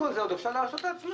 להרשות לעצמנו